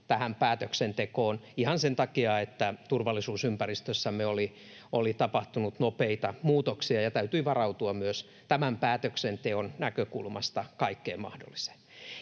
tähän päätöksentekoon ihan sen takia, että turvallisuusympäristössämme oli tapahtunut nopeita muutoksia ja täytyy varautua myös päätöksenteon näkökulmasta kaikkeen mahdolliseen.